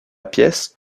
pièce